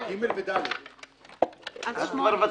תכף.